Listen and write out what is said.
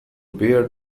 bear